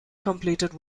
completed